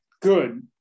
good